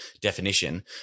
definition